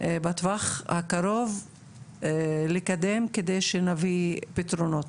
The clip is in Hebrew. בטווח הקרוב לקדם כדי שנביא פתרונות.